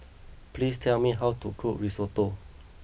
please tell me how to cook Risotto